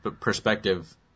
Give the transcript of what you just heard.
perspective